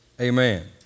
amen